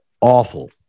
awful